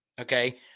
Okay